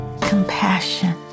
compassion